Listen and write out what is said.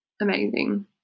amazing